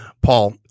Paul